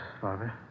Father